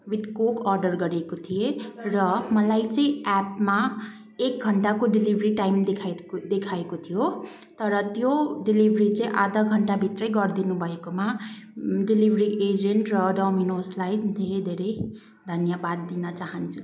with coke order गरेको थिएँ र मलाई चाहिँ एपमा एक घन्टाको डेलिभरी टाइम देखाएको थियो तर त्यो डेलिभरी चाहिँ आधा घन्टाभित्रै गरिदिनु भएकोमा डेलिभरी एजेन्ट र डोमिनोजलाई धेरै धेरै धन्यवाद दिन चाहन्छु